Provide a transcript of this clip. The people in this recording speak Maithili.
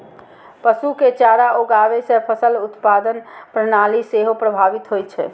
पशु के चारा उगाबै सं फसल उत्पादन प्रणाली सेहो प्रभावित होइ छै